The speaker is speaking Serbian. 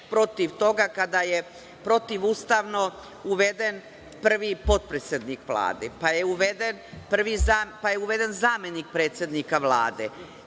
protiv toga kada je protivustavno uveden prvi potpredsednik Vlade, pa je uveden zamenik predsednika Vlade,